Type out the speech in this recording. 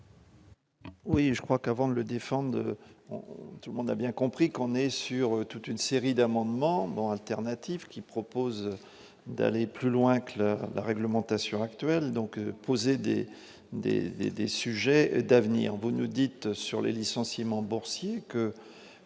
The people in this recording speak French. Oui, je crois qu'avant de le défendre, tout le monde a bien compris qu'on est sur toute une série d'amendements bon alternatif qui propose d'aller plus loin que la réglementation actuelle donc poser des, des, des, des sujets d'avenir dites sur les licenciements boursiers que